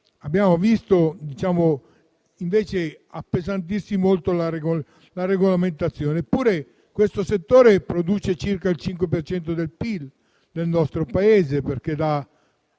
Abbiamo visto anche appesantirsi molto la regolamentazione. Eppure questo settore produce circa il 5 per cento del PIL nel nostro Paese, perché dà